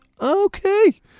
Okay